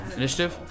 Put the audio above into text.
initiative